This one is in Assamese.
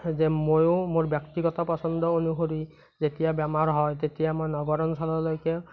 যে মইও মোৰ ব্যক্তিগত পচন্দ অনুসৰি যেতিয়া বেমাৰ হয় তেতিয়া মই নগৰ অঞ্চললৈকে